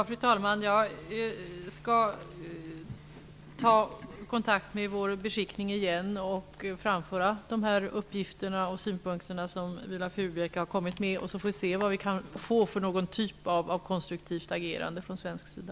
Fru talman! Jag skall ta kontakt med vår beskickning och framföra uppgifterna och synpunkterna som Viola Furubjelke har kommit med. Sedan får vi se vad vi kan få för någon typ av konstruktivt agerande från svensk sida.